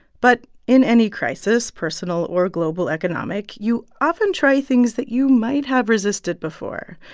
but in any crisis, personal or global economic, you often try things that you might have resisted before.